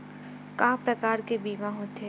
का का प्रकार के बीमा होथे?